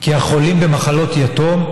כי החולים במחלות יתום,